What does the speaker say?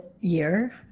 year